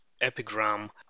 epigram